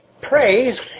Praise